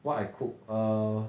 what I cook err